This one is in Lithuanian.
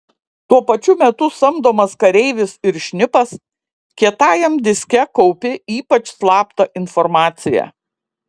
tuo pačiu metu samdomas kareivis ir šnipas kietajam diske kaupi ypač slaptą informaciją